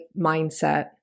mindset